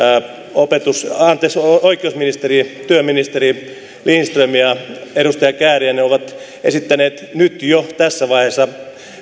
oikeusministeri työministeri lindström ja edustaja kääriäinen ovat esittäneet jo tässä vaiheessa